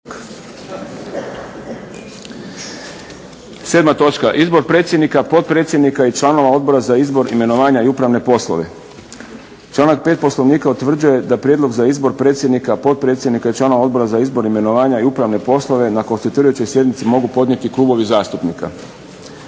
6. Izbor predsjednika, potpredsjednika i članova Odbora za izbor, imenovanja i upravne poslove Članak 5. Poslovnika utvrđuje da prijedlog za izbor predsjednika, potpredsjednika i članova Odbora za izbor, imenovanja i upravne poslove na konstituirajućoj sjednici mogu podnijeti klubovi zastupnika.